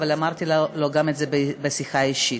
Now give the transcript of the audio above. אבל אמרתי לו גם את זה בשיחה אישית,